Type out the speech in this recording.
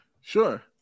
Sure